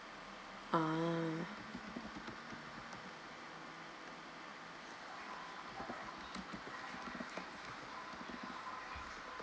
uh